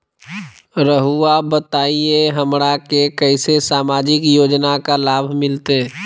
रहुआ बताइए हमरा के कैसे सामाजिक योजना का लाभ मिलते?